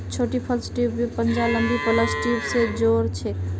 छोटी प्लस ट्यूबक पंजा लंबी प्लस ट्यूब स जो र छेक